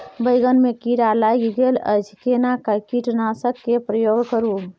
बैंगन में कीरा लाईग गेल अछि केना कीटनासक के प्रयोग करू?